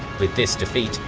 with this defeat,